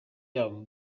yabo